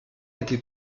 été